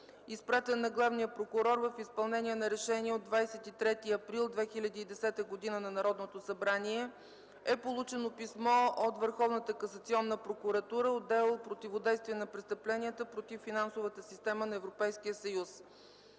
изпратен на Главния прокурор в изпълнение на Решение от 23 април 2010 г. на Народното събрание, е получено писмо от Върховната касационна прокуратура, отдел „Противодействие на престъпленията против финансовата система на Европейския съюз”.